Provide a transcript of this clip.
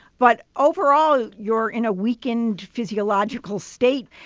but overall, you're in a weakened physiological state.